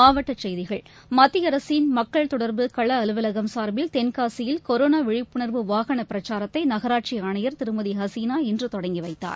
மாவட்டசெய்திகள் மத்தியஅரசின் மக்கள் தொடர்பு களஅலுவலகம் சார்பில் தென்காசியில் கொரோனாவிழிப்புணர்வு வாகனபிரச்சாரத்தைநகராட்சிஆணையர் திருமதிஹசீனா இன்றுதொடங்கிவைத்தார்